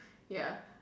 ya